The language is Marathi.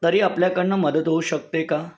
तरी आपल्याकडून मदत होऊ शकते का